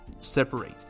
separate